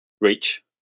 reach